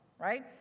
right